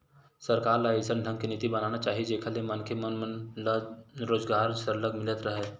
सरकार ल अइसन ढंग के नीति बनाना चाही जेखर ले मनखे मन मन ल रोजगार सरलग मिलत राहय